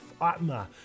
Atma